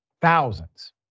thousands